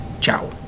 Ciao